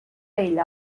ella